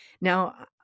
Now